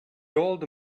old